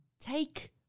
Take